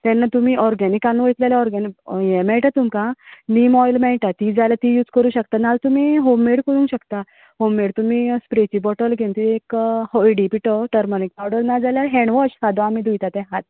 तेन्ना तुमी ऑर्गेनिका वयतली जाल्यार हें मेळटा तुमकां नीम ऑयल मेळटा ती जाल्यार ती यूज करूं शकता नाल्यार तुमी हॉम मेड करूंक शकता होम मेड तुमी स्प्रेची बॉटल घेवन ती एक हळडी पिटो टरमरीक पावडर नाजाल्यार हँडवॉश सादो आमी धुयता तें